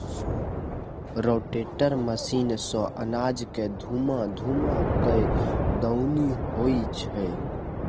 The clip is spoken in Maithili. रोटेटर मशीन सँ अनाज के घूमा घूमा कय दऊनी होइ छै